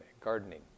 Gardening